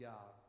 God